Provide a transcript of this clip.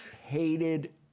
hated